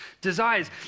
desires